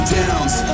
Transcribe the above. downs